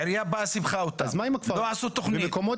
העירייה באה וסיפחה אותה ולא עשו תוכניות,